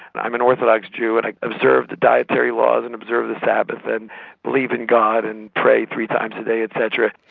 i'm an orthodox jew and i observe the dietary laws and observe the sabbath and believe in god and pray three times a day et cetera.